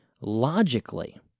logically